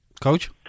Coach